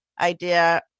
idea